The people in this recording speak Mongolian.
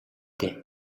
дээ